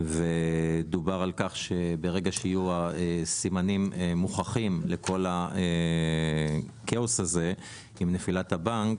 דובר על כך שברגע שיהיו סימנים מוכחים לכל הכאוס הזה עם נפילת הבנק,